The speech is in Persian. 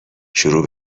شروع